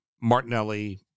Martinelli